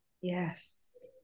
Yes